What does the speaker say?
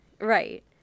Right